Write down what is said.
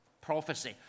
prophecy